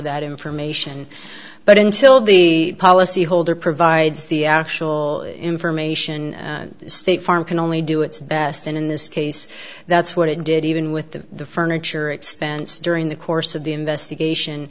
that information but until the policyholder provides the actual information state farm can only do its best and in this case that's what it did even with the furniture expense during the course of the investigation